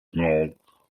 denial